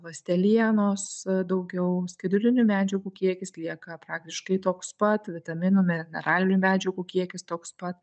ląstelienos daugiau skaidulinių medžiagų kiekis lieka praktiškai toks pat vitaminų mineralinių medžiagų kiekis toks pat